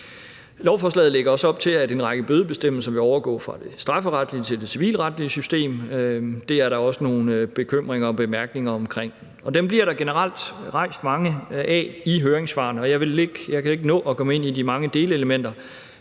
Lovforslaget lægger også op til, at en række bødebestemmelser vil overgå fra det strafferetlige til det civilretlige system. Det er der også nogle bekymringer og nogle bemærkninger om, og dem bliver der generelt rejst mange af i høringssvarene. Jeg kan ikke nå at komme ind på de mange delelementer,